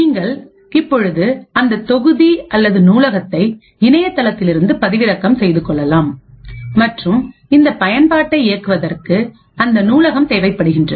நீங்கள் இப்பொழுது அந்தத்தொகுதி அல்லது நூலகத்தை இணையதளத்தில் இருந்து பதிவிறக்கம் செய்து கொள்ளலாம் மற்றும் இந்த பயன்பாட்டை இயக்குவதற்கு அந்த நூலகம் தேவைப்படுகிறது